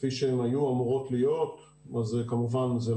כפי שהן היו אמורות להיות, כמובן שהם לא